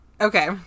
Okay